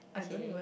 I don't even